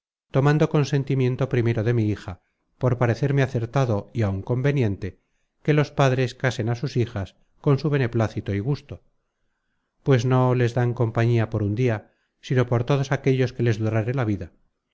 tomando consentimiento primero de mi hija por parecerme acertado y áun conveniente que los padres casen á sus hijas con su beneplacito y gusto pues no les dan compañía por un dia sino por todos aquellos que les durare la vida